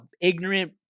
ignorant